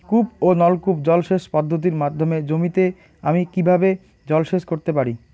কূপ ও নলকূপ জলসেচ পদ্ধতির মাধ্যমে জমিতে আমি কীভাবে জলসেচ করতে পারি?